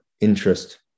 interest